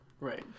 right